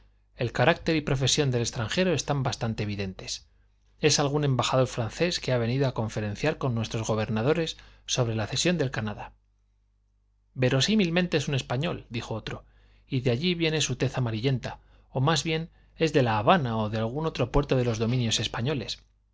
el carácter y profesión del extranjero están bastante evidentes es algún embajador francés que ha venido a conferenciar con nuestros gobernadores sobre la cesión del canadá verosímilmente es un español dijo otro y de allí viene su tez amarillenta o más bien es de la habana o de algún otro puerto de los dominios españoles